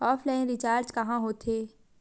Offline recharge कहां होथे?